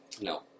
No